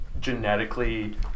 genetically